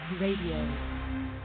Radio